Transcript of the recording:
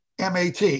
MAT